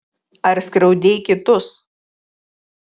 ar skriaudei kitus